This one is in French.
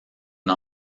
une